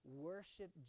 Worship